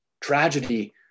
Tragedy